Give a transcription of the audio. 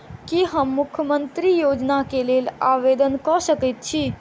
की हम मुख्यमंत्री योजना केँ लेल आवेदन कऽ सकैत छी?